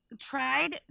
tried